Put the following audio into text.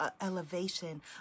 elevation